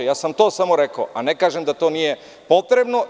Samo sam to rekao, ali ne kažem da to nije potrebno.